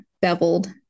beveled